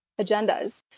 agendas